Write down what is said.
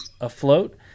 afloat